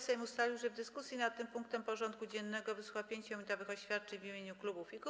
Sejm ustalił, że w dyskusji nad tym punktem porządku dziennego wysłucha 5-minutowych oświadczeń w imieniu klubów i kół.